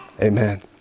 Amen